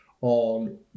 on